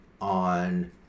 on